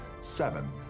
seven